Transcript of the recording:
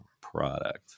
product